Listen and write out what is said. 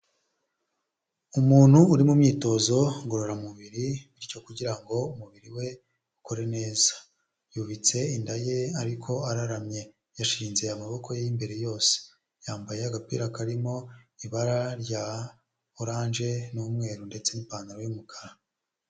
Umuntu uri mu myitozo ngororamubiri bityo kugira ngo umubiri we ukore neza, yubitse inda ye ariko araramye yashinze amaboko ye yimbere yose, yambaye agapira karimo ibara rya oranje n'umweru ndetse n'ipantaro y'umukara.